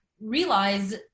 realize